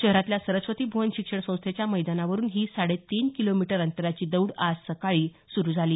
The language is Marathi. शहरातल्या सरस्वती भुवन शिक्षण संस्थेच्या मैदानावरून ही साडे तीन किलोमीटर अंतराची दौड आज सकाळी सुरू झाली